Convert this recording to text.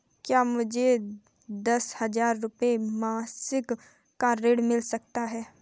क्या मुझे दस हजार रुपये मासिक का ऋण मिल सकता है?